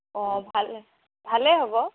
অ ভালে ভালে হ'ব